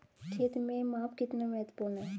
खेत में माप कितना महत्वपूर्ण है?